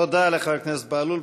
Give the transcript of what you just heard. תודה לחבר הכנסת בהלול.